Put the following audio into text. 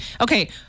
okay